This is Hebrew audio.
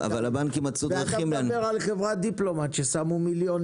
ואתה מדבר על חברת דיפלומט ששמו מיליונים